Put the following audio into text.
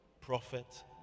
prophet